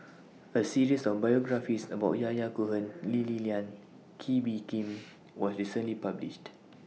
A series of biographies about Yahya Cohen Lee Li Lian Kee Bee Khim was recently published